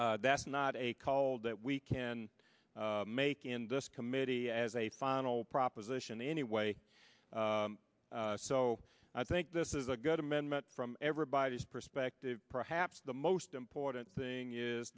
that's not a call that we can make in this committee as a final proposition anyway so i think this is a good amendment from everybody's perspective perhaps the most important thing is